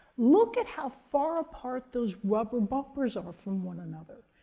look at how far apart those rubber bumpers are from one another.